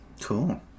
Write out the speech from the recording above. Cool